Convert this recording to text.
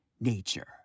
nature